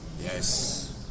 Yes